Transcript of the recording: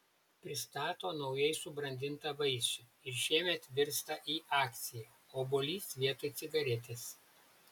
pristato naujai subrandintą vaisių ir šiemet virsta į akciją obuolys vietoj cigaretės